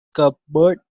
cupboard